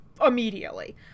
immediately